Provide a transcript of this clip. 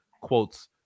quotes